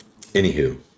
Anywho